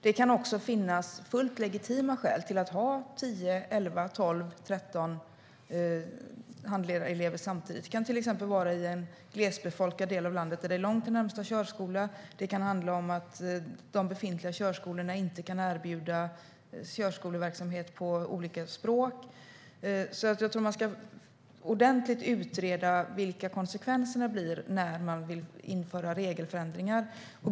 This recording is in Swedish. Det kan också finnas fullt legitima skäl till att ha 10-13 handledarelever samtidigt. Det kan till exempel vara i en glesbefolkad del av landet där det är långt till närmsta körskola. Det kan handla om att de befintliga körskolorna inte kan erbjuda körskoleverksamhet på olika språk. Jag tror därför att man ordentligt ska utreda vilka konsekvenserna blir när man vill införa regelförändringar.